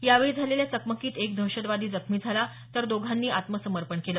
यावेळी झालेल्या चकमकीत एक दहशतवादी जखमी झाला तर दोघांनी आत्मसमर्पण केलं